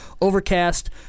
Overcast